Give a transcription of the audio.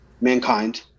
mankind